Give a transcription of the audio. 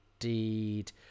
indeed